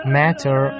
matter